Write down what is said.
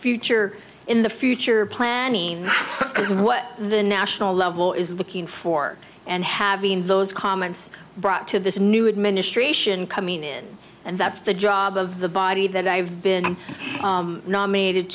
future in the future planning is what the national level is looking for and having those comments brought to this new administration coming in and that's the job of the body that i've been